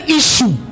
issue